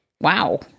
Wow